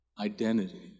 identity